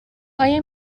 آیا